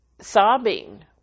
sobbing